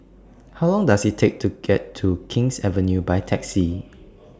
How Long Does IT Take to get to King's Avenue By Taxi